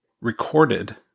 recorded